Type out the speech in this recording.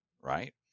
right